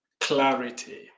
clarity